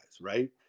right